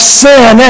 sin